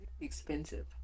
expensive